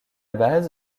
base